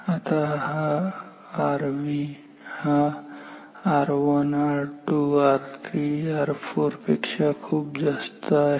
आता Rv हा R1 R2 R3 R4 पेक्षा खूप जास्त आहे